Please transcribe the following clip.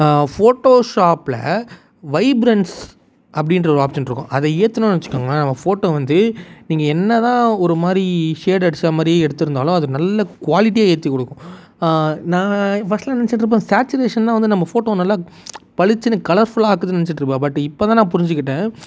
ஃபோட்டோஷாப்பில் vibrance அப்டின்ற ஒரு option இருக்கும் அதை ஏற்றுனோனு வைச்சிக்கோங்களேன் ஃபோட்டோ வந்து நீங்கள் என்ன தான் ஒரு மாதிரி ஷேடு அடித்த மாதிரி எடுத்திருந்தாலும் அது நல்ல குவாலிட்டியாக ஏற்றிக் கொடுக்கும் நான் ஃபர்ஸ்ட்லாம் நெனைச்சிட்ருப்பேன் சேட்சுரேஷன் தான் வந்து நம்ம ஃபோட்டோவை நல்லா பளிச்சுனு கலர்ஃபுல்லாக ஆக்குதுனு நெனைச்சிட்ருப்பேன் பட் இப்போ தான் நான் புரிஞ்சுக்கிட்டேன்